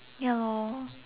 ya lor